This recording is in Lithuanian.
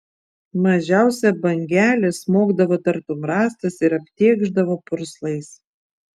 mažiausia bangelė smogdavo tartum rąstas ir aptėkšdavo purslais